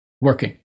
working